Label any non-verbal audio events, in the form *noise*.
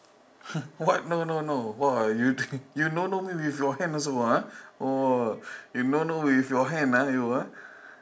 *laughs* what no no no !wah! you *laughs* no no me with your hand also ah !wah! you no no with your hand ah you ah